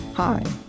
Hi